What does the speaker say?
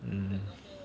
mm